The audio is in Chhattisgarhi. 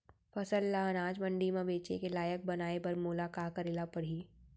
फसल ल अनाज मंडी म बेचे के लायक बनाय बर मोला का करे ल परही?